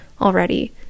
already